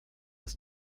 ist